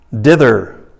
dither